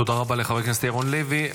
תודה רבה לחבר הכנסת ירון לוי.